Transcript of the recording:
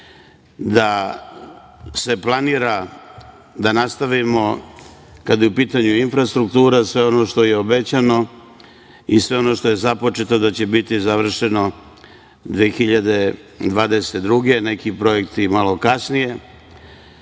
da se planira da nastavimo kada je u pitanju infrastruktura sve ono što je obećano i sve ono što je započeto da će biti završeno 2022. godine, neki projekti malo kasnije. Na